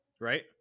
right